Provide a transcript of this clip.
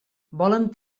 volen